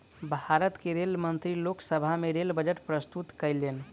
भारत के रेल मंत्री लोक सभा में रेल बजट प्रस्तुत कयलैन